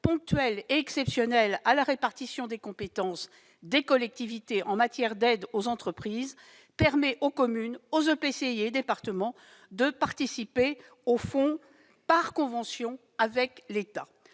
ponctuelle et exceptionnelle à la répartition des compétences des collectivités en matière d'aide aux entreprises permet aux communes, aux EPCI et aux départements de participer au fonds par convention avec l'État.